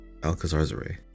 Alcazarzare